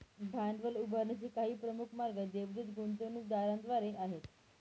भांडवल उभारणीचे काही प्रमुख मार्ग देवदूत गुंतवणूकदारांद्वारे आहेत